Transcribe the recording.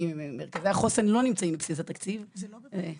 כי מרכזי החוסן לא נמצאים בבסיס התקציב שזו בעיה